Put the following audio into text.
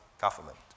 government